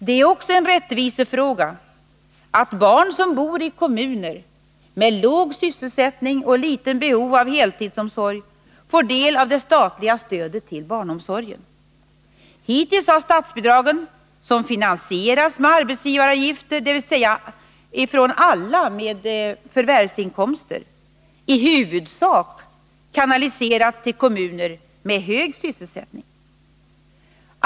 Det är också en rättvisefråga att barn som bor i kommuner med låg sysselsättning och litet behov av heltidsomsorg får del av det statliga stödet till barnomsorgen. Hittills har statsbidragen — som finansieras med arbetsgivaravgifter, dvs. från alla med förvärvsinkomster — i huvudsak kanaliserats till kommuner med hög sysselsättning.